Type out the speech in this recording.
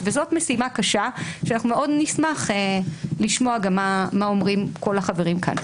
וזאת משימה קשה שאנחנו מאוד נשמח לשמוע גם מה אומרים כל החברים כאן.